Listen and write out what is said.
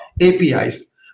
APIs